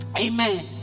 Amen